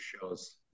shows